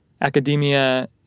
academia